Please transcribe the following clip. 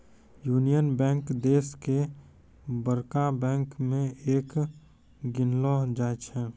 union Bank देश के बड़का बैंक मे एक गिनलो जाय छै